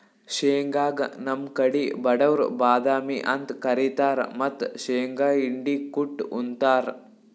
ಶೇಂಗಾಗ್ ನಮ್ ಕಡಿ ಬಡವ್ರ್ ಬಾದಾಮಿ ಅಂತ್ ಕರಿತಾರ್ ಮತ್ತ್ ಶೇಂಗಾ ಹಿಂಡಿ ಕುಟ್ಟ್ ಉಂತಾರ್